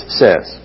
says